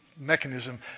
mechanism